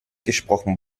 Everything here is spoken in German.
gesprochen